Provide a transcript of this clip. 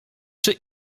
czy